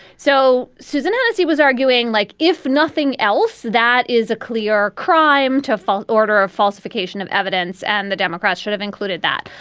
so susan, as he was arguing, like, if nothing else, that is a clear crime to follow order or falsification of evidence. and the democrats should have included that,